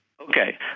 Okay